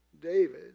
David